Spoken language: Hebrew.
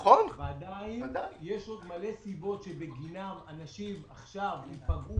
ועדיין יש עוד מלא סיבות שבגינן אנשים עכשיו ייפגעו